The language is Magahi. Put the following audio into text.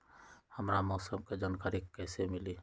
हमरा मौसम के जानकारी कैसी मिली?